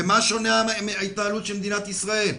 במה שונה ההתנהלות של מדינת ישראל?